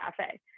Cafe